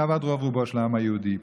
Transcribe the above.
גאוות רובו של העם היהודי.